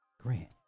Grant